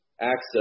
access